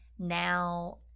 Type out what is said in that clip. Now